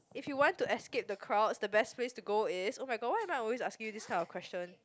if you want to escape the crowds the best place to go is oh-my-god why am I always asking you this kind of question